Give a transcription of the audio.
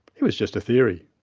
it was just a theory.